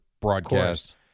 broadcast